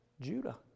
Judah